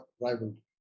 rivalry